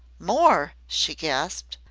more! she gasped.